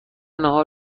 ناهار